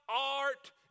art